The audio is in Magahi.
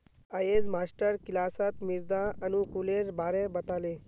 अयेज मास्टर किलासत मृदा अनुकूलेर बारे बता ले